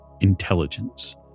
intelligence